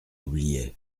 oubliait